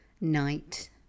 night